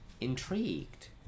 intrigued